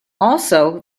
also